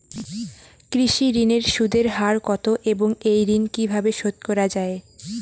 কৃষি ঋণের সুদের হার কত এবং এই ঋণ কীভাবে শোধ করা য়ায়?